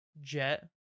jet